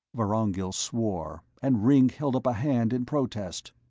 vorongil swore, and ringg held up a hand in protest.